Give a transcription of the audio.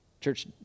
Church